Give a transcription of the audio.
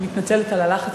אני מתנצלת על הלחץ,